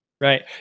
Right